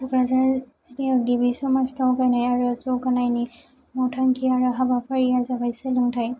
क'क्राझार जिल्लायाव गिबि समाज दावगानाय आरो जौगानायनि मावथांखि आरो हाबाफारिफ्रा जाबाय सोलोंथाइ